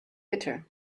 bitter